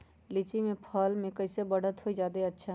लिचि क फल म कईसे बढ़त होई जादे अच्छा?